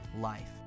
life